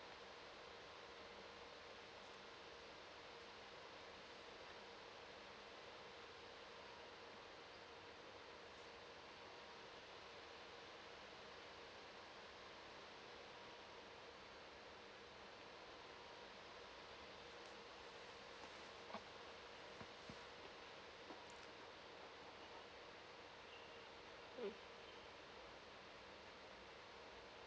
mm